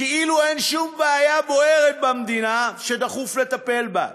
כאילו אין שום בעיה בוערת במדינה, שדחוף לטפל בה.